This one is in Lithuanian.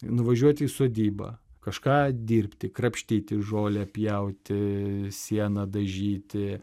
nuvažiuoti į sodybą kažką dirbti krapštyti žolę pjauti sieną dažyti